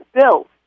built